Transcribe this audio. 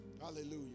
Hallelujah